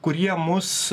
kurie mus